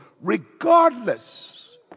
regardless